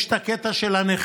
יש את הקטע של הנכים,